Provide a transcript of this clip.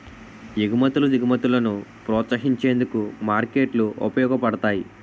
ఎగుమతులు దిగుమతులను ప్రోత్సహించేందుకు మార్కెట్లు ఉపయోగపడతాయి